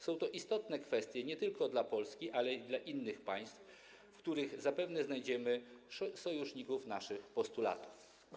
Są to istotne kwestie nie tylko dla Polski, ale i dla innych państw, w których zapewne znajdziemy sojuszników naszych postulatów.